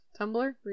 tumblr